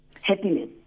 happiness